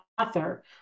author